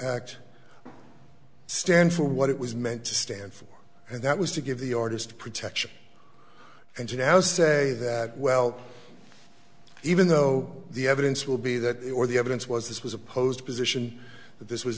act stand for what it was meant to stand for and that was to give the artist protection and you now say that well even though the evidence will be that or the evidence was this was opposed position that this was